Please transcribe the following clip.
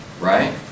right